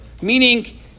meaning